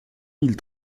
mille